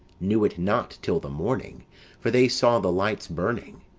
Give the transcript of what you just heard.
knew it not till the morning for they saw the lights burning.